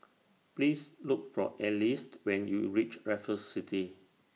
Please Look For Alize when YOU REACH Raffles City